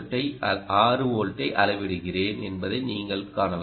6 வோல்டை அளவிடுகிறேன் என்பதை நீங்கள் காணலாம்